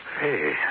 Hey